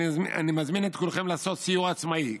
אני מזמין את כולכם לעשות סיור עצמאי.